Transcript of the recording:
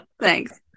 Thanks